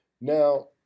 Now